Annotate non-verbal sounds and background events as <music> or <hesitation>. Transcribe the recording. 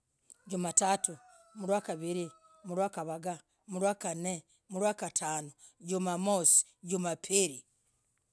Jumatatu, mrwakaviri. mrwakavaga. mrwakan <hesitation> mrwagaranoo, jumamosi, jumapili.